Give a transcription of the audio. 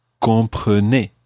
comprenez